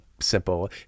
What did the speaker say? Simple